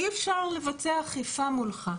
אי אפשר לבצע אכיפה מולך,